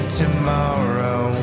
tomorrow